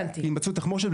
להימצאות תחמושת,